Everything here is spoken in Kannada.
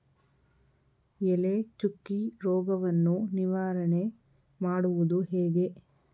ಎಲೆ ಚುಕ್ಕಿ ರೋಗವನ್ನು ನಿವಾರಣೆ ಮಾಡುವುದು ಹೇಗೆ?